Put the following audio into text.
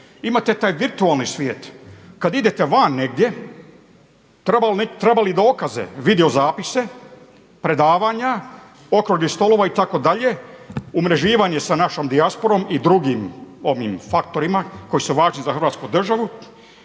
Imate taj virtualni svijet, kada idete van negdje trebali dokaze, videozapise, predavanja, okruglih stolova itd. umrežavanje sa našom dijasporom i drugim faktorima koji su važni za Hrvatsku državu